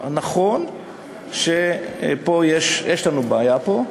נכון שיש לנו בעיה פה.